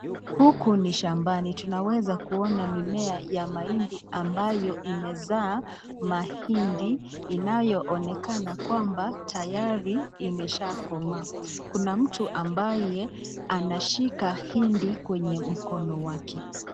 Huku ni shambani tunaweza kuona mimea ya mahindi ambayo imezaa mahindi inayoonekana kwamba tayari imeshaa komaa kuna mtu ambaye anashika hindi kwenye mkono wake.